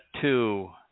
two